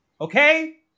okay